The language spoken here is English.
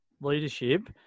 leadership